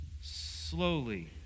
Slowly